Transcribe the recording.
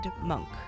monk